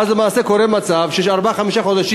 ואז למעשה קורה מצב שיש ארבעה חודשים